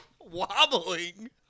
Wobbling